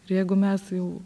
ir jeigu mes jau